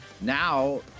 Now